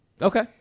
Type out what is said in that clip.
Okay